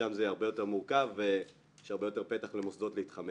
שם זה הרבה יותר מורכב ויש הרבה יותר פתח למוסדות להתחמק,